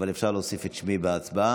אבל אפשר להוסיף את שמי בהצבעה.